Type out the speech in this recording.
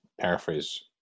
paraphrase